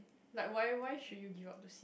like why why should you give up the seat